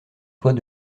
toit